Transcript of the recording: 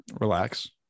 Relax